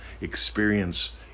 experience